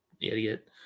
idiot